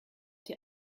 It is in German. die